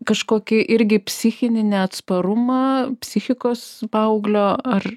kažkokį irgi psichinį neatsparumą psichikos paauglio ar